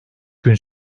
gün